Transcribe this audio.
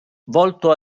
volto